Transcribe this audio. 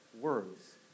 words